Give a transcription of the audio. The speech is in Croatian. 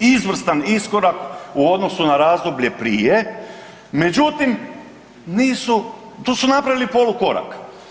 izvrstan iskorak u odnosu na razdoblje prije međutim nisu, tu su napravili polukorak.